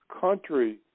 country